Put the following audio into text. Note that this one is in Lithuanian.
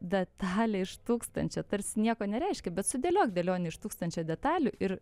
detalė iš tūkstančio tarsi nieko nereiškia bet sudėliok dėlionę iš tūkstančio detalių ir